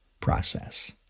process